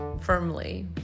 firmly